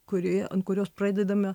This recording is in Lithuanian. kurioje ant kurios pradedame